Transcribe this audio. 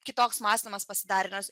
kitoks mąstymas pasidarė